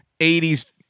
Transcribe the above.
80s